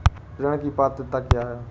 ऋण की पात्रता क्या है?